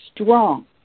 strong